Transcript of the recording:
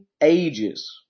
ages